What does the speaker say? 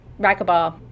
racquetball